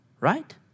right